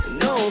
no